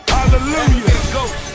Hallelujah